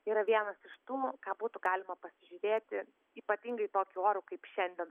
yra vienas iš tų ką būtų galima pasižiūrėti ypatingai tokiu oru kaip šiandien